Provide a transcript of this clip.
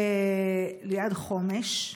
ליד חומש.